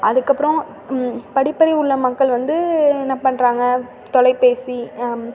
அதுக்கப்புறம் படிப்பறிவு உள்ள மக்கள் வந்து என்ன பண்ணுறாங்க தொலைபேசி